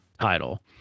title